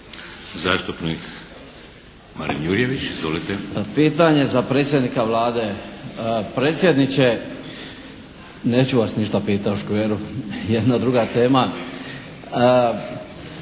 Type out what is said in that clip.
pitanje za predsjednika Vlade.